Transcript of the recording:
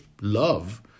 love